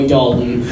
Dalton